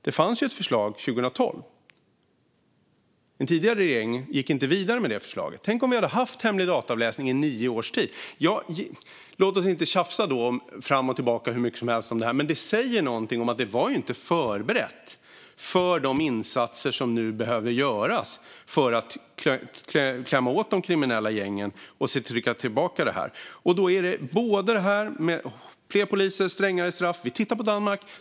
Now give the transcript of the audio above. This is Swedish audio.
Det fanns ju ett förslag om det 2012, men den tidigare regeringen gick inte vidare med det förslaget. Tänk om vi hade haft hemlig dataavläsning i nio års tid! Låt oss inte tjafsa hur mycket som helst om detta, men det säger ändå något om att det inte var förberett för de insatser som nu behöver göras för att klämma åt de kriminella gängen och se till att trycka tillbaka brottsligheten. Det behövs både fler poliser och strängare straff. Vi tittar på Danmark.